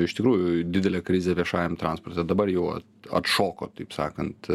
iš tikrųjų didelę krizę viešajam transporte dabar jau atšoko taip sakant